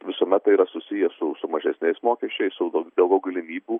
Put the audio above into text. visuomet tai yra susiję su su mažesniais mokesčiais su daugiau galimybių